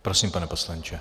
Prosím, pane poslanče.